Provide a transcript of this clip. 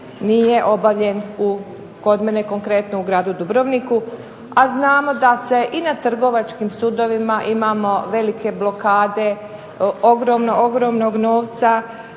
nije obavljen u, kod mene konkretno u gradu Dubrovniku, a znamo da se i na trgovačkim sudovima imamo velike blokade ogromnog novca